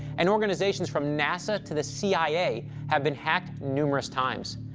and organizations from nasa to the c i a. have been hacked numerous times.